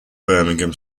birmingham